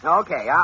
okay